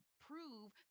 prove